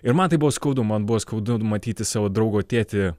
ir man tai buvo skaudu man buvo skaudu matyti savo draugo tėtį